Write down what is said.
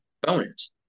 bonus